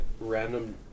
random